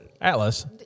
Atlas